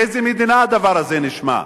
באיזו מדינה הדבר הזה נשמע?